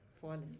fallen